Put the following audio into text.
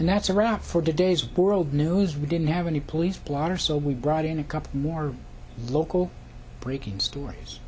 and that's around for today's world news we didn't have any police blotter so we brought in a couple more local breaking stories